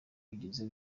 wigeze